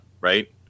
right